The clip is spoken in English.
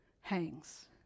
hangs